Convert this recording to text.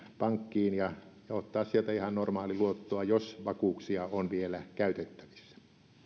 pankkiin ja ja ottaa sieltä ihan normaalia luottoa jos vakuuksia on vielä käytettävissä